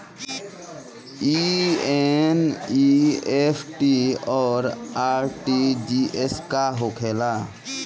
ई एन.ई.एफ.टी और आर.टी.जी.एस का होखे ला?